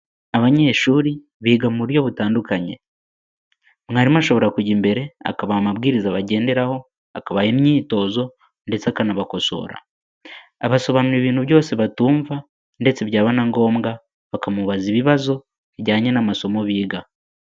Abanyeshuri biga mu buryo butandukanye, mwarimu ashobora kujya imbere akabaha amabwiriza bagenderaho, akabaha imyitozo ndetse akanabakosora, abasobanurira ibintu byose batumva ndetse byaba na ngombwa bakamubaza ibibazo bijyanye n'amasomo biga.